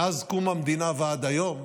מאז קום המדינה ועד היום,